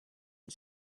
and